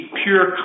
pure